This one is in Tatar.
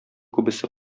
күбесе